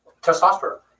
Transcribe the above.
Testosterone